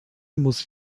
muss